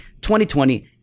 2020